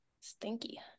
Stinky